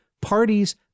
parties